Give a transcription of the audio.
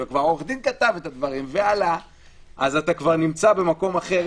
כאשר עורך הדין כבר כתב את הדברים אז אתה כבר נמצא במקום אחר,